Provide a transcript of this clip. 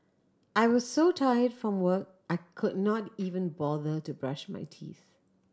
I was so tired from work I could not even bother to brush my teeth